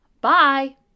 Bye